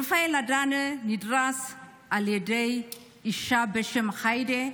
רפאל אדנה נדרס על ידי אישה בשם היידי,